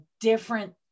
different